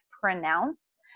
pronounce